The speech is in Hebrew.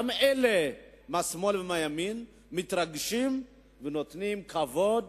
גם אלה מהשמאל וגם מהימין מתרגשים ונותנים כבוד